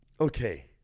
Okay